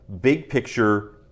big-picture